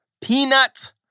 peanut